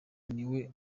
niwe